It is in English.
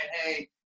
hey